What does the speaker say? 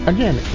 Again